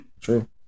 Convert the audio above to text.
True